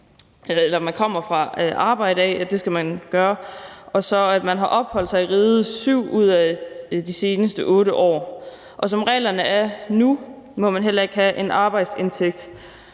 have haft et arbejde og have opholdt sig i riget i 7 ud af de seneste 8 år. Som reglerne er nu, må man heller ikke have en arbejdsindtægt.